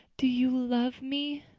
do you love me?